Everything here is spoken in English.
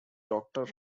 doctor